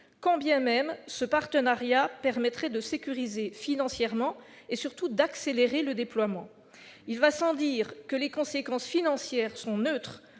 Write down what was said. quand bien même ce partenariat permettrait de sécuriser financièrement et, surtout, d'accélérer le déploiement. Il va sans dire que les conséquences financières de cet